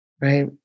Right